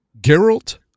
Geralt